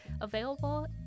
available